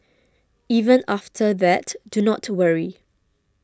even after that do not worry